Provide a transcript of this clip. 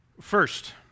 First